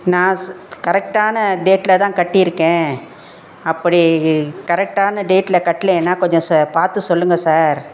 நான் ஸ் கரெக்டான டேட்டில் தான் கட்டியிருக்கேன் அப்படி கரெக்டான டேட்டில் கட்டலேனா கொஞ்சம் ச பார்த்து சொல்லுங்கள் சார்